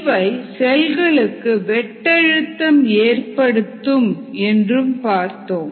இவை செல்களுக்கு வெட்டழுத்தம் ஏற்படுத்தும் என்றும் பார்த்தோம்